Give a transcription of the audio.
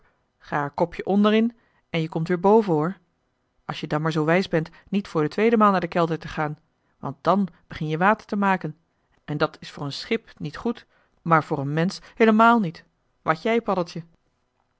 er kopje-onder in en je komt weer boven hoor als je dan maar zoo wijs bent niet voor de tweede maal naar den kelder te gaan want dan begin je water te maken en dat is voor een schip niet goed maar voor een mensch heelemaal niet wat jij paddeltje